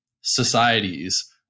societies